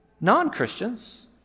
non-Christians